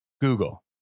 Google